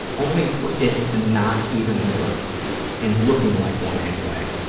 only for it to not even work and looking like one anyway.